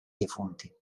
defunti